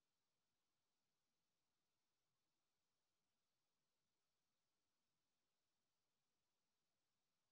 ఇంగిలీసు చదువులు వచ్చి అచ్చమైన తెలుగు రామ్ములగపండు అంటే తెలిలా పిల్లోల్లకి